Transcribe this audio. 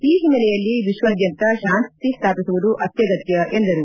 ಈ ಹಿನ್ನೆಲೆಯಲ್ಲಿ ವಿಶ್ವಾದ್ಯಂತ ಶಾಂತಿ ಸ್ಥಾಪಿಸುವುದು ಅತ್ವಗತ್ತ ಎಂದರು